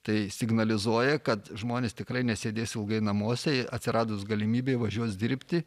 tai signalizuoja kad žmonės tikrai nesėdės ilgai namuose ir atsiradus galimybei važiuos dirbti